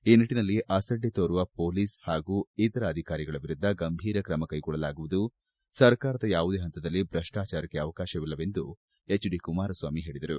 ಈ ನಿಟ್ಟನಲ್ಲಿ ಅಸಡ್ಡೆ ತೋರುವ ಪೊಲೀಸ್ ಹಾಗೂ ಇತರ ಅಧಿಕಾರಿಗಳ ವಿರುದ್ದ ಗಂಭೀರ ತ್ರಮ ಕೈಗೊಳ್ಳಲಾಗುವುದು ಸರ್ಕಾರದ ಯಾವುದೇ ಹಂತದಲ್ಲಿ ಭ್ರಷ್ಟಾಚಾರಕ್ಕೆ ಅವಕಾಶವಿಲ್ಲ ಎಂದು ಮುಖ್ಯಮಂತ್ರಿ ಹೇಳಿದರು